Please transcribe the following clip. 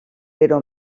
però